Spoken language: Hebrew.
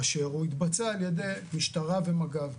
תתבצע על ידי משטרה ומג"ב,